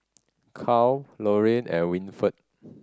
Cal Lorin and Winford